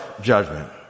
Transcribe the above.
judgment